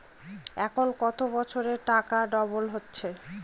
এখন কত বছরে টাকা ডবল হচ্ছে?